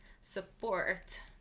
support